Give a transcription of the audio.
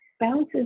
bounces